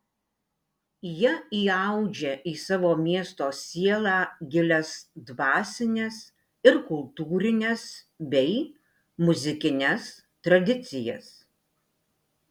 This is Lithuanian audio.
jie įaudžia į savo miesto sielą gilias dvasines ir kultūrines bei muzikines tradicijas